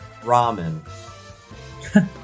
Ramen